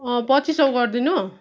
अँ पच्चिस सौ गरिदिनु